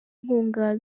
inkunga